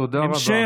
תודה רבה.